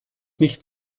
nicht